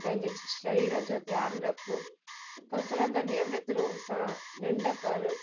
पंहिंजे शरीर जो ध्यानु रख कसरतु नियमित रूप सां निंढ कर